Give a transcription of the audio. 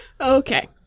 Okay